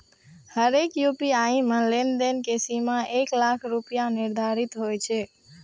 हरेक यू.पी.आई मे लेनदेन के सीमा एक लाख रुपैया निर्धारित होइ छै